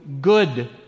good